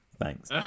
Thanks